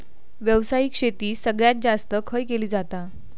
व्यावसायिक शेती सगळ्यात जास्त खय केली जाता?